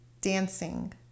Dancing